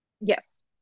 Yes